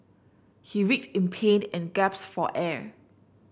he writhed in pain and gasped for air